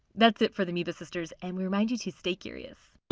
that's it for the amoeba sisters and we remind you to stay curious!